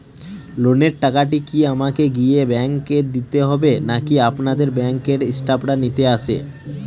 লোনের টাকাটি কি আমাকে গিয়ে ব্যাংক এ দিতে হবে নাকি আপনাদের ব্যাংক এর স্টাফরা নিতে আসে?